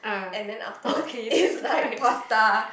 and then afterwards is like pasta